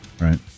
Right